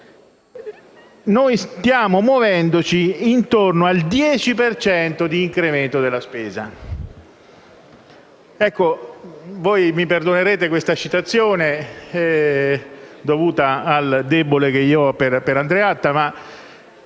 noi stiamo muovendoci intorno al 10 per cento di incremento della spesa».